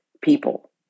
people